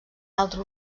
altre